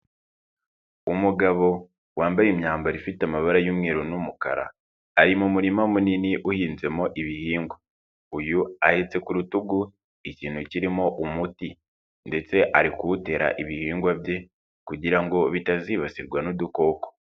Umugabo wambaye imyambaro ifite amabara y'umweru n'umukara, ari mu murima munini uhinzemo ibihingwa. Uyu ahetse ku rutugu ikintu kirimo umuti ndetse ari kuwutera ibihingwa bye kugira ngo bitazibasirwa n'udukoko.